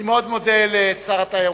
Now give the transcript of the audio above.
אני מאוד מודה לשר התיירות.